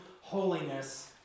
holiness